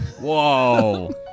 Whoa